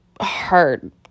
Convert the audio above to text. hard